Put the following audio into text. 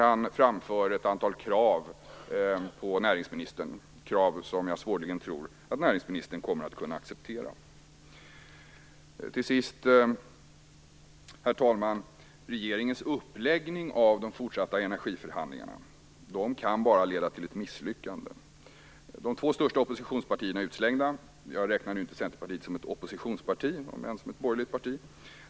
Han framför också ett antal krav till näringsministern, som jag svårligen tror att näringsministern kommer att kunna acceptera. Till sist, herr talman: Regeringens uppläggning av de fortsatta energiförhandlingarna kan bara leda till ett misslyckande. De två största oppositionspartierna är utslängda. Jag räknar nu inte Centerpartiet som ett oppositionsparti, inte ens som ett borgerligt parti.